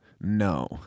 no